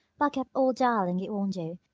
buck up, old darling, it won't do.